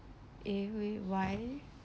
eh wait why